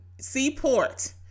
Seaport